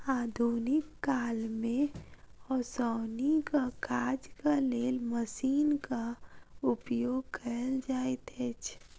आधुनिक काल मे ओसौनीक काजक लेल मशीनक उपयोग कयल जाइत अछि